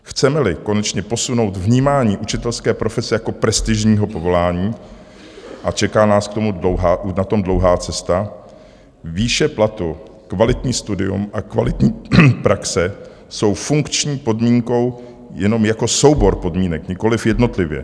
Chcemeli konečně posunout vnímání učitelské profese jako prestižního povolání, a čeká nás k tomu dlouhá cesta, výše platu, kvalitní studium a kvalitní praxe jsou funkční podmínkou jenom jako soubor podmínek, nikoliv jednotlivě.